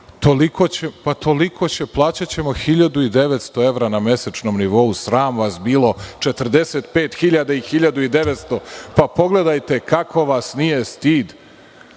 sramota, plaćaćemo 1.900 evra na mesečnom nivou, sram vas bilo 45.000 i 1.900, pa pogledajte, kako vas nije stid,